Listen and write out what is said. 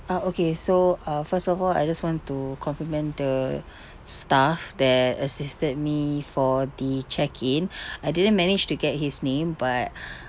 uh okay so uh first of all I just want to compliment the staff that assisted me for the check in I didn't manage to get his name but